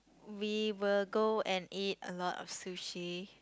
we were go and eat a lot of sushi